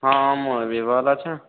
ହଁ ମୁଇଁ ବି ଭଲ୍ ଅଛେ